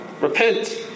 Repent